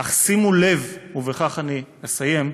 אך שימו לב, ובכך אני אסיים,